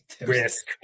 risk